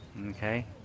Okay